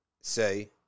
say